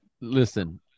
Listen